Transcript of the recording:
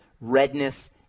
redness